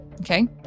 Okay